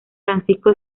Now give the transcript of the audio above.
francisco